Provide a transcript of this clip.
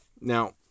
Now